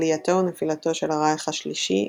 עלייתו ונפילתו של הרייך השלישי,